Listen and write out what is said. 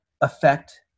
affect